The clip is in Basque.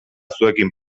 zuekin